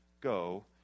go